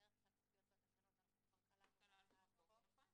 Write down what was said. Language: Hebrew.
שבדרך כלל מופיעות בתקנות אנחנו כבר כללנו בחוק.